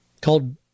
called